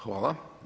Hvala.